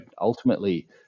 ultimately